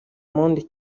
monde